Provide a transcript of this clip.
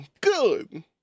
good